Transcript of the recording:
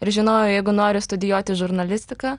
ir žinojau jeigu noriu studijuoti žurnalistiką